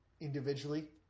individually –